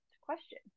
question